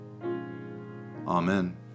Amen